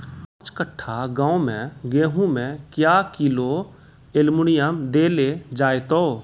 पाँच कट्ठा गांव मे गेहूँ मे क्या किलो एल्मुनियम देले जाय तो?